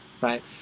right